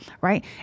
right